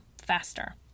faster